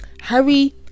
harry